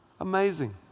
Amazing